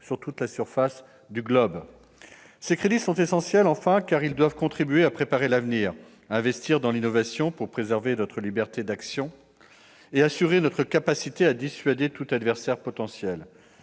de la France dans le monde. Ces crédits sont essentiels, enfin, car ils doivent contribuer à préparer l'avenir, en nous permettant d'investir dans l'innovation pour préserver notre liberté d'action et d'assurer notre capacité à dissuader tout adversaire potentiel.